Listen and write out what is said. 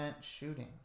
shooting